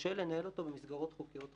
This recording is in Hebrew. קשה לנהל אותו במסגרות חוקיות רגילות.